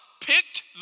picked